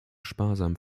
sparsam